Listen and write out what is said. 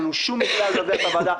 אין לנו שום עניין לזלזל בוועדה.